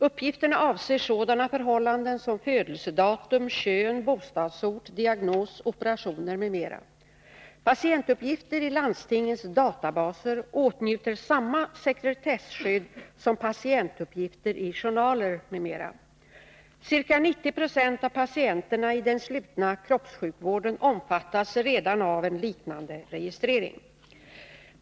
Uppgifterna avser sådana förhållanden som födelsedatum, kön, bostadsort, diagnos, operationer m.m. Patientuppgifter i landstingens databaser åtnjuter samma sekretesskydd som patientuppgifter i journaler m.m. Ca 90 70 av patienterna i den slutna kroppssjukvården omfattas redan av en liknande registrering.